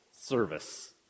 service